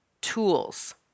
tools